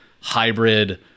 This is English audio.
hybrid